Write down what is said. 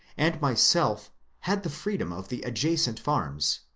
and myself had the freedom of the adjacent farms,